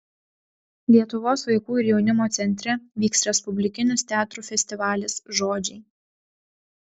lietuvos vaikų ir jaunimo centre vyks respublikinis teatrų festivalis žodžiai